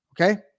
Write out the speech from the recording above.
okay